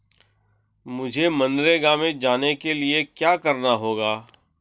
मुझे मनरेगा में जाने के लिए क्या करना होगा?